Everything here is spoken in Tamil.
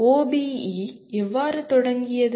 OBE எவ்வாறு தொடங்கியது